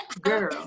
girl